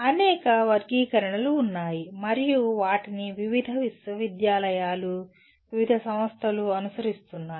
అనేక వర్గీకరణాలు ఉన్నాయి మరియు వాటిని వివిధ విశ్వవిద్యాలయాలు వివిధ సంస్థలు అనుసరిస్తున్నాయి